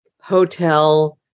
hotel